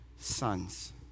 sons